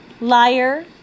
liar